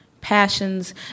passions